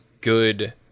good